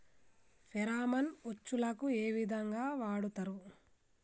Pheromone ఉచ్చులకు ఏ విధంగా వాడుతరు?